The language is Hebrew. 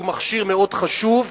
שהוא מכשיר מאוד חשוב,